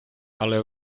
але